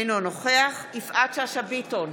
אינו נוכח יפעת שאשא ביטון,